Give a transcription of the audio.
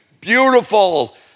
beautiful